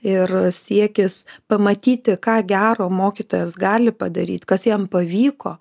ir siekis pamatyti ką gero mokytojas gali padaryt kas jam pavyko